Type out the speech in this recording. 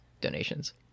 donations